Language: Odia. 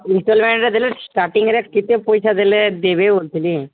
ଇନଷ୍ଟଲ୍ମେଣ୍ଟରେ ଦେଲେ ଷ୍ଟାର୍ଟିଙ୍ଗରେ କେତେ ପଇସା ଦେଲେ ଦେବେ ବୋଲୁଥିଲି